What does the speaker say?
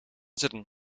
zitten